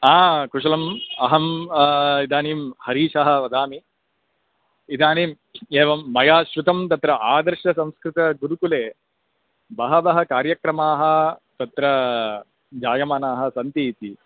हा कुशलम् अहम् इदानीं हरीशः वदामि इदानीम् एवं मया श्रुतं तत्र आदर्शसंस्कृतगुरुकुले बहवः कार्यक्रमाः तत्र जायमानाः सन्ति इति